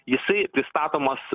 jisai pristatomas